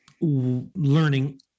learning